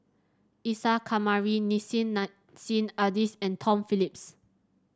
Isa Kamari Nissim Nassim Adis and Tom Phillips